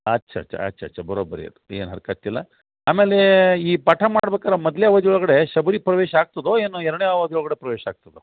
ಅಚ್ಛಾ ಅಚ್ಛಾ ಅಚ್ಛಾ ಅಚ್ಛಾ ಬರೋಬ್ಬರಿ ಇದೆ ಏನೂ ಹರ್ಕತ್ತು ಇಲ್ಲ ಆಮೇಲೆ ಈ ಪಾಠ ಮಾಡ್ಬೇಕಾರೆ ಮೊದ್ಲೇ ಅವಧಿ ಒಳಗಡೆ ಶಬರಿ ಪ್ರವೇಶ ಆಗ್ತದೋ ಏನು ಎರ್ಡನೇ ಅವಧಿ ಒಳಗಡೆ ಪ್ರವೇಶ ಆಗ್ತದೋ